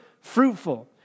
fruitful